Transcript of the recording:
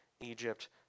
Egypt